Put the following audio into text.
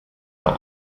not